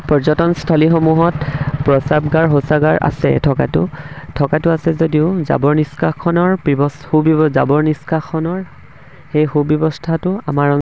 পৰ্যটনস্থলীসমূহত প্ৰস্ৰাৱগাৰ শৌচাগাৰ আছে থকাটো থকাটো আছে যদিও জাবৰ নিষ্কাশনৰ সু জাবৰ নিষ্কাশনৰ সেই সুব্যৱস্থাটো আমাৰ অঞ্চলত